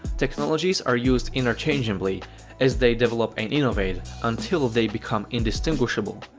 technologies are used interchangeably as they develop and innovate, until they become indistinguishable.